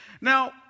Now